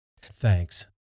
Thanks